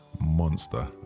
monster